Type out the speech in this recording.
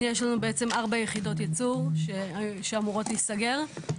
יש לנו ארבע יחידות ייצור שאמורות להיסגר,